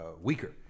weaker